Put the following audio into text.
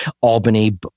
Albany